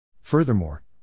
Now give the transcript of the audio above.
Furthermore